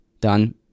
done